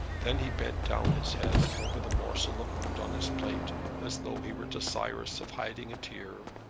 then he bent down his head over the morsel of food on his plate, as though he were desirous of hiding a tear.